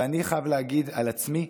ואני חייב להגיד על עצמי,